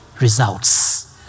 results